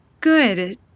Good